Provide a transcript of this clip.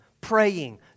praying